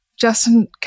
Justin